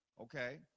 Okay